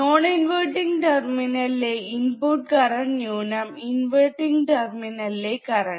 non inverting ടെർമിനലിലെ input current ന്യൂനം inverting ടെർമിനലിലെ കറണ്ട്